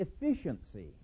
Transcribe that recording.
efficiency